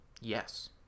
Yes